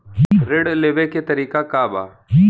ऋण लेवे के तरीका का बा?